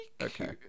Okay